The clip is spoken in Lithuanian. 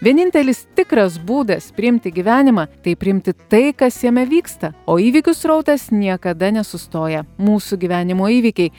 vienintelis tikras būdas priimti gyvenimą tai priimti tai kas jame vyksta o įvykių srautas niekada nesustoja mūsų gyvenimo įvykiai